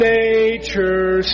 nature